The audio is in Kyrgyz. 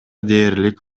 дээрлик